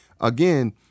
again